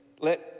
Let